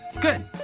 Good